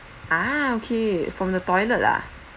ah okay from the toilet uh